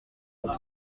pour